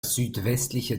südwestliche